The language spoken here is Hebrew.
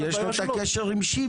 הבעיה שלו --- כי יש לו את הקשר עם שיבא.